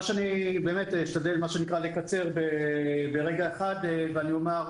אני אשתדל לקצר, ואני אומר,